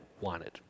wanted